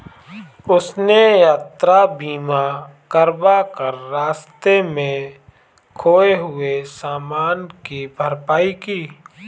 उसने यात्रा बीमा करवा कर रास्ते में खोए हुए सामान की भरपाई की